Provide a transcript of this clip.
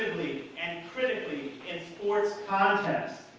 and critically in sports contests.